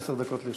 עשר דקות לרשותך.